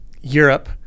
Europe